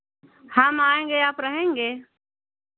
हम आएंगे आप रहेंगे